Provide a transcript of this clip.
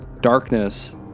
darkness